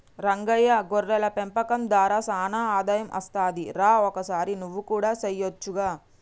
రంగయ్య గొర్రెల పెంపకం దార సానా ఆదాయం అస్తది రా ఒకసారి నువ్వు కూడా సెయొచ్చుగా